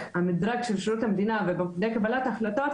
המדרג של שירות המדינה ומוקדי קבלת החלטות,